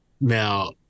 now